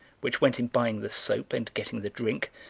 which went in buying the soap and getting the drink,